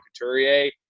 Couturier